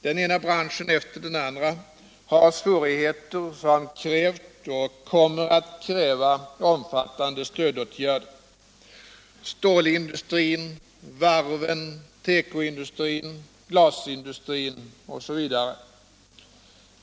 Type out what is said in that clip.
Den ena branschen efter den andra har svårigheter som krävt och kommer att kräva omfattande stödåtgärder — stålindustrin, varven, tekoindustrin, glasindustrin osv.